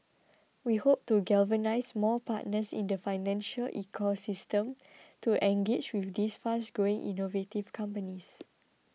we hope to galvanise more partners in the financial ecosystem to engage with these fast growing innovative companies